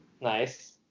Nice